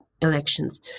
elections